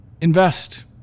invest